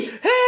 hey